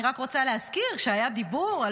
אני רק רוצה להזכיר שכשהיה דיבור על